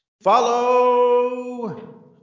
Follow